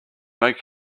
make